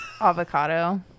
avocado